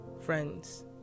friends